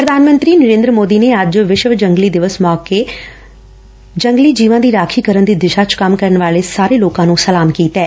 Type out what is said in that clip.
ਪ੍ਰਧਾਨ ਮੰਤਰੀ ਨਰੇਦਰ ਮੋਦੀ ਨੇ ਅੱਜ ਵਿਸ਼ਵ ਜੰਗਲੀ ਜੀਵ ਦਿਵਸ ਮੌਕੇ ਜੰਗਲੀ ਜੀਵਾਂ ਦੀ ਰਾਖੀ ਕਰਨ ਦੀ ਦਿਸ਼ਾ ਚ ਕੰਮ ਕਰਨ ਵਾਲੇ ਸਾਰੇ ਲੋਕਾਂ ਨੂੰ ਸਲਾਮ ਕੀਤੈ